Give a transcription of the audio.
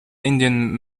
indian